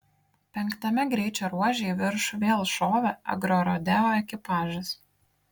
penktame greičio ruože į viršų vėl šovė agrorodeo ekipažas